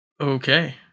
Okay